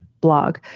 blog